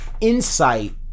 insight